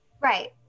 Right